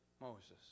Moses